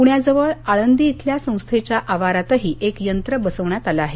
पृण्याजवळ आळंदी इथल्या संस्थेच्या आवारातही एक यंत्र बसवण्यात आलं आहे